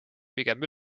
pigem